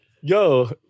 Yo